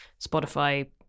Spotify